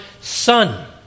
son